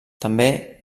també